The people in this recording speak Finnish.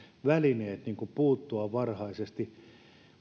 välineet puuttua varhaisesti